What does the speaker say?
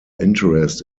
interest